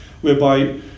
whereby